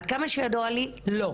עד כמה שידוע לי לא.